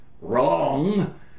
wrong